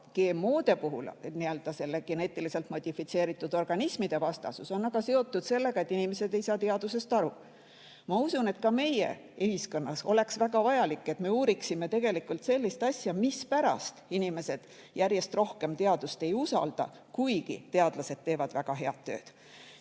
moraali, GMO-de ehk geneetiliselt modifitseeritud organismide vastasus on aga seotud sellega, et inimesed ei saa teadusest aru. Ma usun, et ka meie ühiskonnas oleks väga vajalik, et me uuriksime sellist asja, mispärast inimesed järjest rohkem teadust ei usalda, kuigi teadlased teevad väga head tööd.